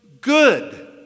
good